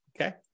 Okay